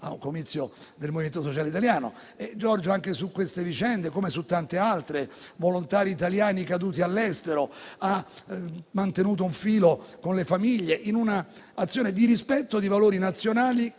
a un comizio del Movimento Sociale Italiano. Giorgio, anche su queste vicende, come su tante altre di volontari italiani caduti all'estero, ha mantenuto un filo con le famiglie, in un'azione di rispetto dei valori nazionali